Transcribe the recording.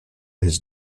his